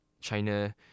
China